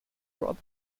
rod